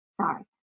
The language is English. sorry